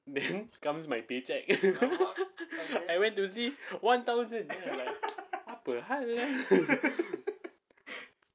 then comes my paycheck I went to see one thousand then I like apa hal ni